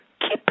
keep